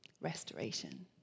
Restoration